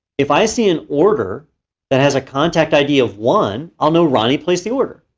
if i see an order that has a contact id of one, i'll know ronnie placed the order.